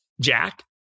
Jack